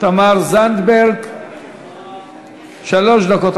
תמר זנדברג, שלוש דקות.